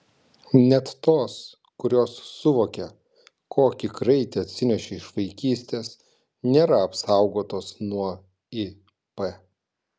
net tos kurios suvokia kokį kraitį atsinešė iš vaikystės nėra apsaugotos nuo ip